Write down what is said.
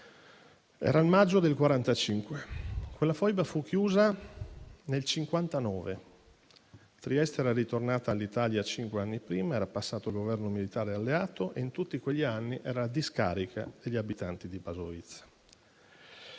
Era il maggio del 1945; quella foiba fu chiusa nel 1959. Trieste era ritornata all'Italia cinque anni prima. Era passato il Governo militare alleato e in tutti quegli anni era la discarica degli abitanti di Basovizza.